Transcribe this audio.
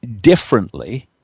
differently